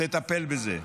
תטפל בזה.